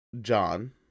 John